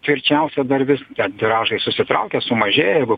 tvirčiausia dar vis tiražai susitraukia sumažėja jeigu